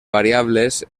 variables